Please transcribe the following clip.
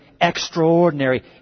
extraordinary